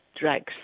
drugs